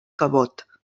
cabot